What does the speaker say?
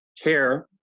care